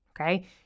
okay